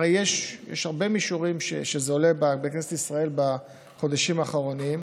הרי יש הרבה מישורים שבהם זה עולה בכנסת ישראל בחודשים האחרונים.